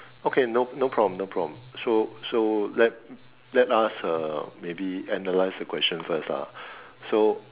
okay no no problem no problem so so let let us uh maybe analyze the questions first ah so